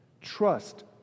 Trust